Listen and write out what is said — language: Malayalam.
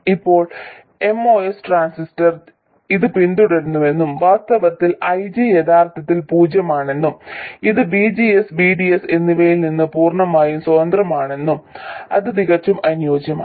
ഇപ്പോൾ MOS ട്രാൻസിസ്റ്റർ ഇത് പിന്തുടരുന്നുവെന്നും വാസ്തവത്തിൽ IG യഥാർത്ഥത്തിൽ പൂജ്യമാണെന്നും ഇത് VGS VDSഎന്നിവയിൽ നിന്ന് പൂർണ്ണമായും സ്വതന്ത്രമാണെന്നും ഇത് തികച്ചും അനുയോജ്യമാണ്